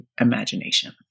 imagination